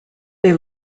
they